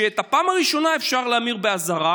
שאת הפעם הראשונה אפשר להמיר באזהרה,